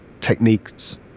techniques